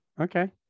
Okay